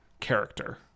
character